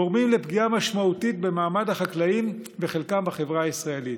גורמים לפגיעה משמעותית במעמד החקלאים ובחלקם בחברה הישראלית.